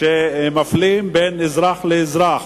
שמפלות בין אזרח לאזרח.